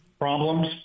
Problems